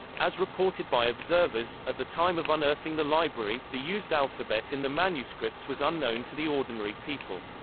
as reported by observers, at the time of unearthing the library, the used alphabet in the manuscripts was unknown to the ordinary people.